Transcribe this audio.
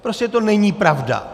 Prostě to není pravda.